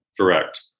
Correct